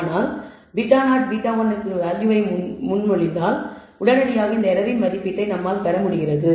ஆனால் நீங்கள் β0 β1 க்கான வேல்யூகளை முன்மொழிந்தால் உடனடியாக இந்த எர்ரரின் மதிப்பீட்டை நம்மால் பெற முடிகிறது